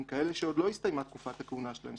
כאלה שעוד לא הסתיימה תקופת הכהונה שלהם,